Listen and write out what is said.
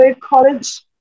college